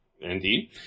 Indeed